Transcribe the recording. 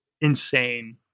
insane